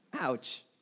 ouch